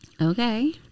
Okay